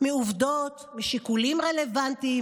מעובדות ומשיקולים רלוונטיים,